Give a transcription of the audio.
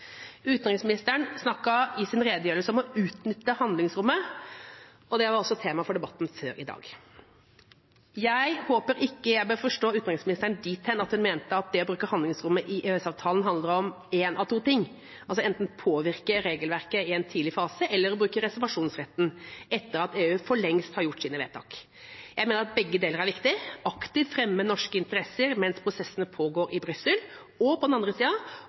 Utenriksministeren snakket i sin redegjørelse om å utnytte handlingsrommet, og det var altså tema for debatten før i dag. Jeg håper jeg ikke bør forstå utenriksministeren dit hen at hun mente at det å bruke handlingsrommet i EØS-avtalen handler om én av to ting: enten å påvirke regelverket i en tidlig fase eller å bruke reservasjonsretten etter at EU for lengst har gjort sine vedtak. Jeg mener at begge deler er viktig: på den ene siden aktivt å fremme norske interesser mens prosessene pågår i Brussel, og på den andre